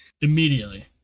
Immediately